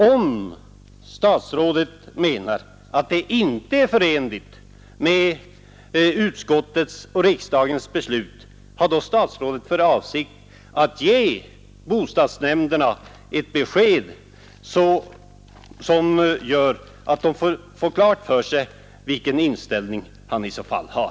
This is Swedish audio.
Om statsrådet menar att det inte är förenligt med utskottets uppfattning och riksdagens beslut, har då statsrådet för avsikt att ge bostadsnämnderna ett besked som klargör vilken inställning han har?